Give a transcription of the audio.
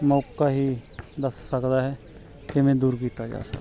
ਮੌਕਾ ਹੀ ਦੱਸ ਸਕਦਾ ਕਿਵੇਂ ਦੂਰ ਕੀਤਾ ਜਾ ਸਕਦਾ